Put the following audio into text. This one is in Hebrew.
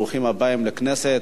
ברוכים הבאים לכנסת.